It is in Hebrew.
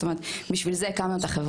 זאת אומרת בשביל זה הקמנו את החברה.